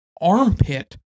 armpit